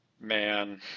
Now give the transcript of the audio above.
man